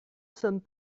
sommes